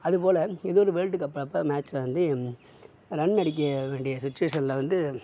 அதுபோல ஏதோ ஒரு வேர்ல்ட் கப் அப்போ மேச்சில் வந்து ரன் அடிக்க வேண்டிய சிச்சுவேஷன்ல வந்து